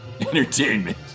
entertainment